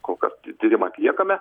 kol kas ty tyrimą atliekame